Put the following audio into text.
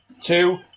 two